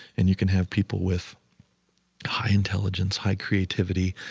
and you can have people with high intelligence, high creativity,